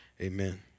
Amen